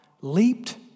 leaped